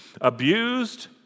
Abused